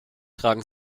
tragen